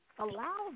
allow